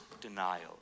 denial